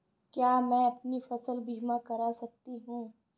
क्या मैं अपनी फसल बीमा करा सकती हूँ?